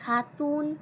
Khatun